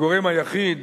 הגורם היחיד,